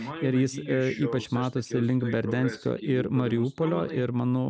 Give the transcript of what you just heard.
ir jis ypač matosi link berdenskio ir mariupolio ir manau